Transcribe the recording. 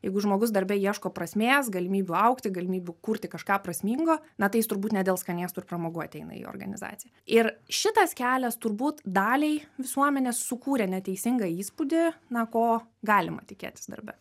jeigu žmogus darbe ieško prasmės galimybių augti galimybių kurti kažką prasmingo na tai jis turbūt ne dėl skanėstų ir pramogų ateina į organizaciją ir šitas kelias turbūt daliai visuomenės sukūrė neteisingą įspūdį na ko galima tikėtis darbe